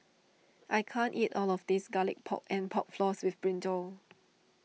I can't eat all of this Garlic Pork and Pork Floss with Brinjal